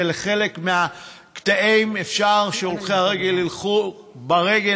ובחלק מהקטעים אפשר שהולכי הרגל ילכו ברגל